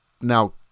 Now